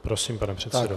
Prosím, pane předsedo.